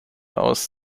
aus